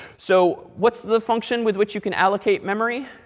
so what's the function with which you can allocate memory?